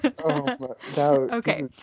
Okay